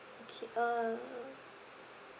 okay uh